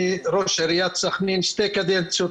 אני לשעבר ראש עיריית סח'נין שתי קדנציות,